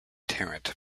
tarrant